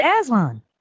Aslan